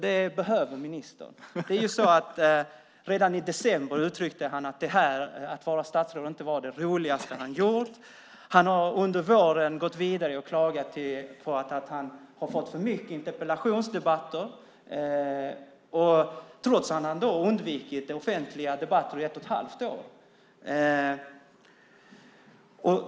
Det behöver ministern. Redan i december uttryckte han att det här att vara statsråd inte var det roligaste han gjort. Han har under våren gått vidare och klagat på att han har fått för många interpellationsdebatter, trots att han har undvikit offentliga debatter i ett och ett halvt år.